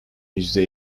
yüzde